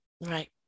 Right